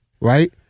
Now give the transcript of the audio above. Right